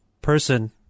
person